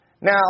Now